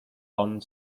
bond